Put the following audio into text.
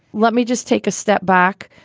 let me just take a step back.